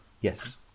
Yes